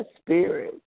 spirit